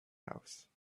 house